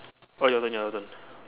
oh your turn your your turn